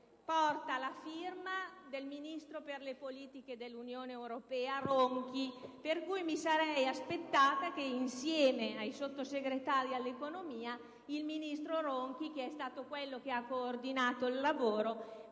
porta la firma del ministro per le politiche europee Ronchi, per cui mi sarei aspettata che, insieme ai Sottosegretari all'economia, il ministro Ronchi, che è stato quello che ha coordinato il lavoro,